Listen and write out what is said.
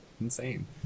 insane